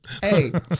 Hey